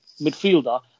midfielder